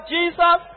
Jesus